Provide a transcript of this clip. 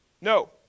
No